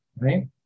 right